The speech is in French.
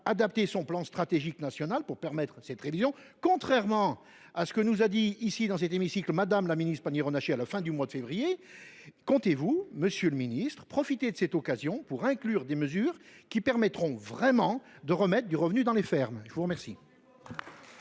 adapter son plan stratégique national pour permettre cette révision, contrairement à ce que nous a indiqué Mme la ministre déléguée Pannier Runacher à la fin du mois de février. Comptez vous, monsieur le ministre, profiter de cette occasion pour inclure des mesures qui permettront vraiment de remettre du revenu dans les fermes ? La parole